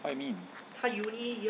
what you mean